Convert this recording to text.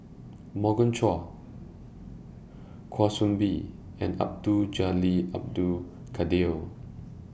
Morgan Chua Kwa Soon Bee and Abdul Jalil Abdul Kadir